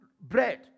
bread